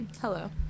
Hello